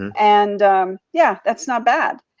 and yeah, that's not bad.